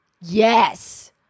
Yes